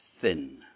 thin